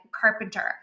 Carpenter